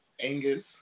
Angus